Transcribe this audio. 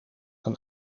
een